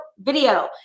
video